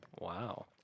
Wow